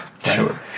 Sure